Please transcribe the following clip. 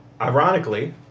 ironically